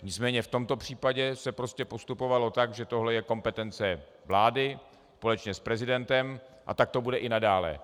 Nicméně v tomto případě se prostě postupovalo tak, že tohle je kompetence vlády společně s prezidentem, a tak to bude i nadále.